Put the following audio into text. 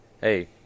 hey